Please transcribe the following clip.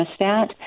thermostat